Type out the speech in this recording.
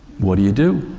what do you do?